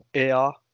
AR